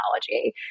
technology